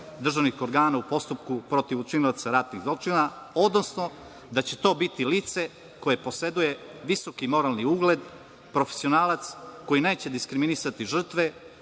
državnih organa u postupku protiv učinilaca ratnih zločina, odnosno da će to biti lice koje poseduje visoki moralni ugled, profesionalac koji neće diskriminisati žrtve,